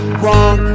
wrong